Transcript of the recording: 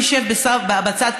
נשב בצד,